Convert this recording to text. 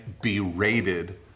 berated